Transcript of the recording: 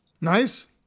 Nice